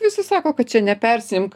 visi sako kad čia nepersiimk